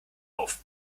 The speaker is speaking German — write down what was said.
auf